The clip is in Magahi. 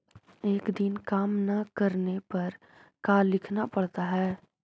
एक दिन काम न करने पर का लिखना पड़ता है?